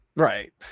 Right